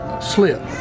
slip